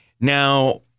Now